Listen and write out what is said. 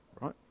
Right